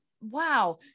wow